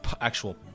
actual